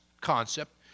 concept